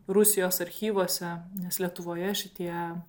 rusijos archyvuose nes lietuvoje šitie